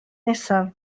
nesaf